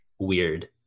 Weird